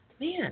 man